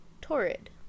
Torrid